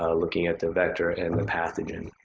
ah looking at the vector and the pathogen.